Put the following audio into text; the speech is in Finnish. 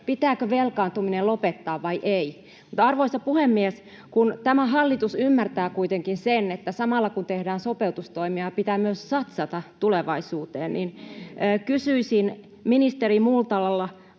Pitääkö velkaantuminen lopettaa vai ei? Arvoisa puhemies! Kun tämä hallitus ymmärtää kuitenkin sen, että samalla, kun tehdään sopeutustoimia, pitää myös satsata tulevaisuuteen, niin kysyisin ministeri Multalalta: